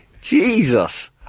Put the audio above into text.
Jesus